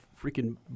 freaking